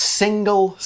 single